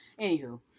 Anywho